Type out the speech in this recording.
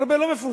הרבה לא מפורסם,